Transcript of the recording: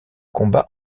combat